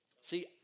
See